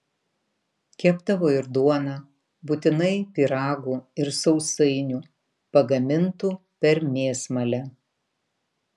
kepdavo ir duoną būtinai pyragų ir sausainių pagamintų per mėsmalę